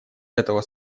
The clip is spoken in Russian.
этого